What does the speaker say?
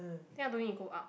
then I don't need to go out